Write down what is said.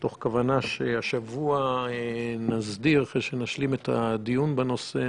הכוונה שהשבוע נסדיר, אחרי שנשלים את הדיון בנושא,